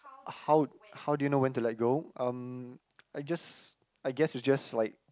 how how do you know when to let go um I guess I guess is just like